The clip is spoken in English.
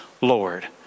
Lord